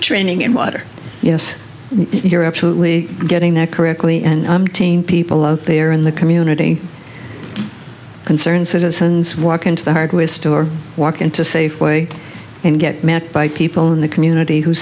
training and water yes you're absolutely getting that correctly and i'm teen people out there in the community concerned citizens walk into the hardware store walk into safeway and get met by people in the community who